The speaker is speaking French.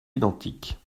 identiques